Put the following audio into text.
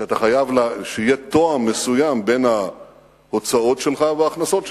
שיהיה תואם מסוים בין ההוצאות שלך להכנסות שלך.